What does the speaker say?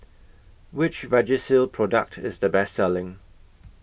Which Vagisil Product IS The Best Selling